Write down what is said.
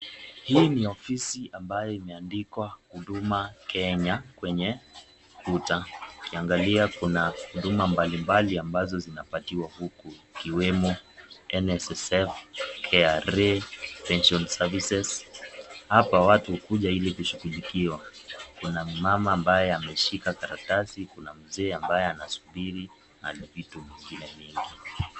Hii ni ofisi ambayo imeandikwa Huduma Kenya kwenye ukuta. Ukiangalia kuna huduma mbali mbali ambazo zinapatiwa huku ikiwemo NSSF, KRA pension services . Hapa watu hukuja ili kushughulikiwa. Kuna mmama ambaye ameshika karatasi, kuna mzee ambaye anayesubiri, na vitu vingine vingi.